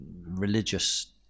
religious